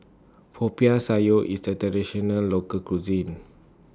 Popiah Sayur IS A Traditional Local Cuisine